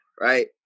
right